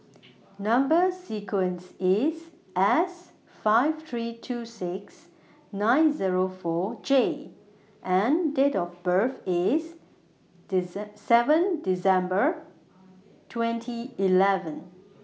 Number sequence IS S five three two six nine Zero four J and Date of birth IS seven December twenty eleven